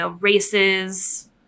races